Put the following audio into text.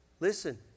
Listen